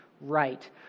right